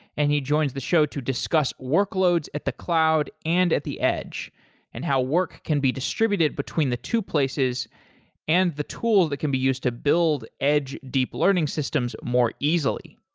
and he joins the show to discuss workloads at the cloud and at the edge and how work can be distributed between the two places and the tool that can be used to build edge deep learning systems more easily.